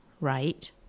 right